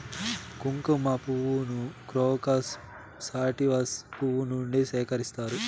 కుంకుమ పువ్వును crocus sativus పువ్వు నుండి సేకరిస్తారు